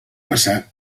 passar